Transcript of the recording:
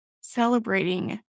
celebrating